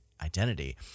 identity